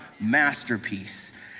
masterpiece